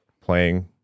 playing